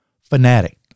fanatic